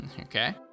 Okay